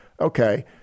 Okay